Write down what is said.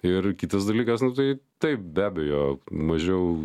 ir kitas dalykas nu tai taip be abejo mažiau